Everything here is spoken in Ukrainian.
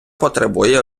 потребує